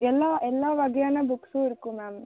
எல்லா எல்லா வகையான புக்ஸும் இருக்கும் மேம்